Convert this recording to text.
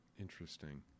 Interesting